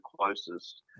closest